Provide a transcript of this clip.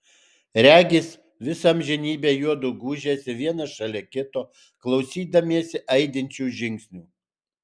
regis visą amžinybę juodu gūžėsi vienas šalia kito klausydamiesi aidinčių žingsnių